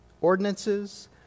ordinances